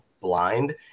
blind